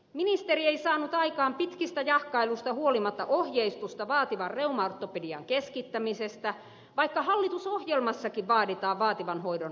ministeri ei saanut aikaan pitkistä jahkailuista huolimatta ohjeistusta vaativan reumaortopedian keskittämisestä vaikka hallitusohjelmassakin vaaditaan vaativan hoidon keskittämistä